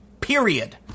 period